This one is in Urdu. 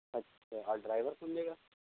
اچھا اور ڈرائیور کون دے گا